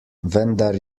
vendar